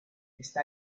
está